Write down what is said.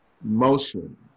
motion